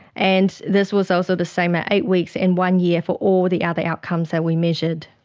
and this was also the same at eight weeks and one year for all the other outcomes that we measured.